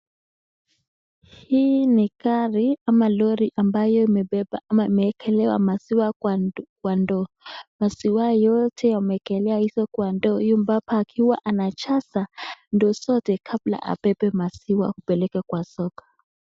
Hii ni gari ama lori ambayo imebeba ama imewekelewa maziwa kwa ndoo. Maziwa yote yamewekelewa hizo kwa ndoo huyu mbaba akiwa anajaza ndoo zote kabla abebe maziwa kupeleka kwa soko.